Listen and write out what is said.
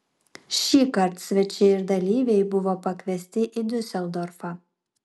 šįkart svečiai ir dalyviai buvo pakviesti į diuseldorfą